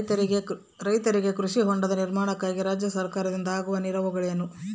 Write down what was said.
ರೈತರಿಗೆ ಕೃಷಿ ಹೊಂಡದ ನಿರ್ಮಾಣಕ್ಕಾಗಿ ರಾಜ್ಯ ಸರ್ಕಾರದಿಂದ ಆಗುವ ನೆರವುಗಳೇನು?